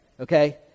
okay